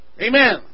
amen